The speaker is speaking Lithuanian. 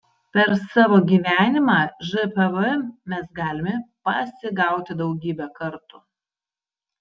per savo gyvenimą žpv mes galime pasigauti daugybę kartų